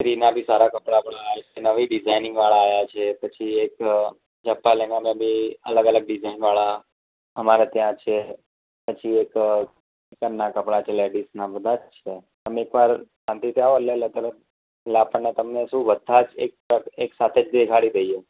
સ્ત્રીમાં બી સારા કપડાં પણ આવ્યાં છે નવી ડિઝાઇનિંગવાળા આવ્યાં છે પછી એક ઝભ્ભા લેંઘામાં બી અલગ અલગ ડિઝાઇનવાળા અમારે ત્યાં છે પછી એક ચિકનનાં કપડાં છે લેડીઝનાં બધા જ છે તમે એક વાર શાંતિથી આવો એટલે લગભગ આપણને તમને શું બધા જ એકસાથ એકસાથે જ દેખાડી દઈએ